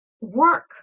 work